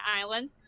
island